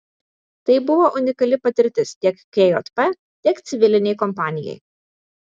tai buvo unikali patirtis tiek kjp tiek civilinei kompanijai